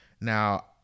Now